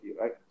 right